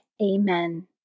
Amen